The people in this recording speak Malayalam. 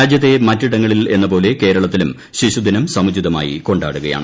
രാജ്യത്തെ മറ്റിടങ്ങളിൽ എന്നപ്പോള്റ്ല് കേരളത്തിലും ശിശുദിനം സമുചിതമായി കൊണ്ടാടുകയാണ്